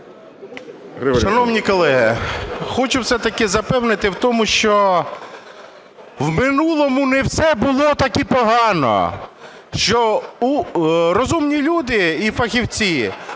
Шановні колеги, хочу все-таки запевнити в тому, що в минулому не все було таки погано, що розумні люди і фахівці,